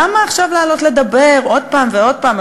למה עכשיו לעלות לדבר עוד פעם ועוד פעם?